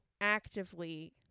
actively